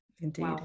indeed